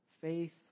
Faith